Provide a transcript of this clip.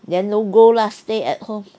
then don't go lah stay at home